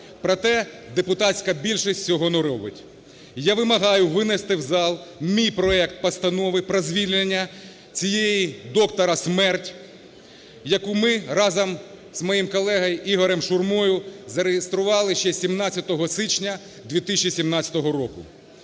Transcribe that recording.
проте депутатська більшість цього не робить. Я вимагаю винести в зал мій проект постанови про звільнення цієї "доктора-смерть", яку ми разом з моїм колегою Ігорем Шурмою зареєстрували ще 17 січня 2017 року.